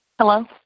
Hello